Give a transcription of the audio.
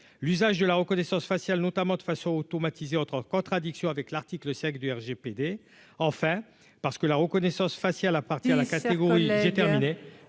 l'usage de la reconnaissance faciale notamment de façon automatisée autre contradiction avec l'article 5 du RGPD enfin parce que la reconnaissance faciale à part. C'est la catégorie